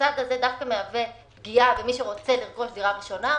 הצד הזה מהווה פגיעה במי שרוצה לרכוש דירה ראשונה.